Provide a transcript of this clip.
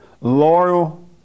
loyal